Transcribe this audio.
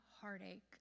heartache